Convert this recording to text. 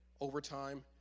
overtime